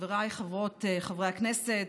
חבריי חברות וחברי הכנסת,